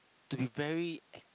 to be very